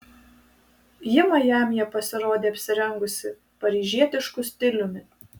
ji majamyje pasirodė apsirengusi paryžietišku stiliumi